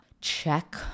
check